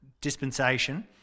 dispensation